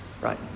Right